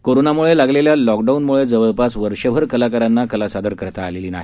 कोरोनामुळे लागलेल्या लॉकडाऊनमुळे जवळपास वर्षभर कलाकारांना कला सादर करता आलेली नाही